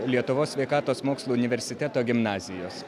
lietuvos sveikatos mokslų universiteto gimnazijos